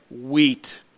wheat